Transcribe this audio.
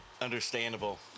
understandable